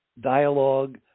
dialogue